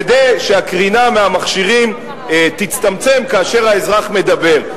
כדי שהקרינה מהמכשירים תצטמצם כאשר האזרח מדבר.